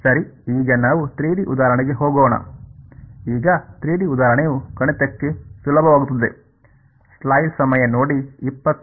ಈಗ 3 ಡಿ ಉದಾಹರಣೆಯು ಗಣಿತಕ್ಕೆ ಸುಲಭವಾಗುತ್ತದೆ